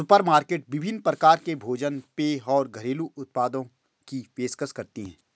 supermarket विभिन्न प्रकार के भोजन पेय और घरेलू उत्पादों की पेशकश करती है